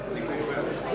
אני כופר בזה.